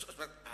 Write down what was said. זאת אומרת,